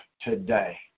today